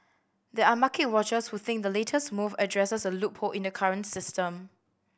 there are market watchers who think the latest move addresses a loophole in the current system